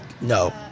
no